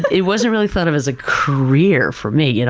it wasn't really thought of as a career for me, you know